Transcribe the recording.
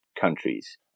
countries